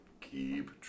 keep